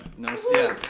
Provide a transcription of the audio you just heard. no singing?